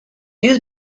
used